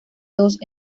dos